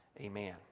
Amen